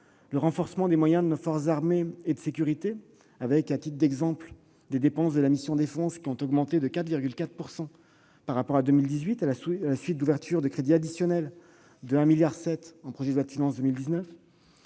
; renforcement des moyens de nos forces armées et de sécurité- à titre d'exemple, les dépenses de la mission « Défense » ont augmenté de 4,4 % par rapport à 2018, à la suite de l'ouverture de crédits additionnels de 1,7 milliard d'euros dans le cadre de